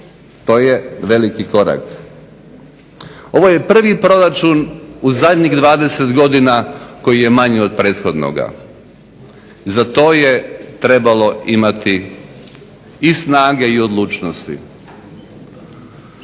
To je veliki korak. Ovo je prvi proračun u zadnjih 20 godina koji je manji od prethodnoga. Za to je trebalo imati i snage i odlučnosti.